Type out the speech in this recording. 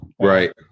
Right